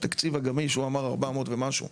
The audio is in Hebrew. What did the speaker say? התקציב הגמיש שהוא אמר 400 ומשהו.